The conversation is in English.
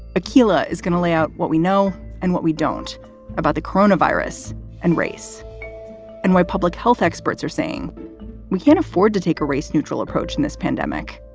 akilah is going to lay out what we know and what we don't about the coronavirus and race and why public health experts are saying we can't afford to take a race-neutral approach in this pandemic